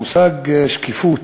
המושג שקיפות,